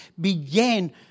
began